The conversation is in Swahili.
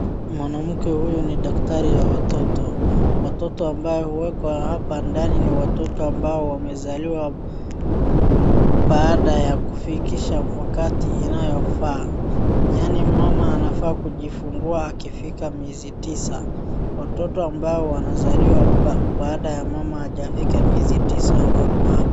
Mwanamke huyu ni daktari wa watoto, watoto ambao huwekwa hapa ndani ni watoto ambao wamezaliwa baada ya kufikisha wakati unaofaa. Yaani mama anafaa kujifungua akifikisha miezi tisa. Watoto ambao wanazaliwa baada ya ya mama hajafikisha miezi tisa huwekwa hapa.